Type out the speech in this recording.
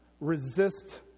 resist